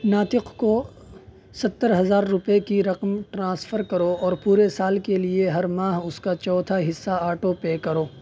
ناطق کو ستّر ہزار روپئے کی رقم ٹرانسفر کرو اور پورے سال کے لیے ہر ماہ اس کا چوتھا حصہ آٹو پے کرو